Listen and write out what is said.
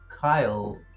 Kyle